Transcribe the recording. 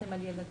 דיברתם על ילדים